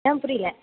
ma'am புரியலை